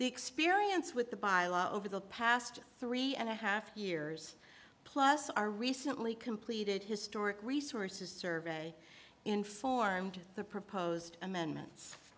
the experience with the bylaws over the past three and a half years plus our recently completed historic resources survey informed the proposed amendments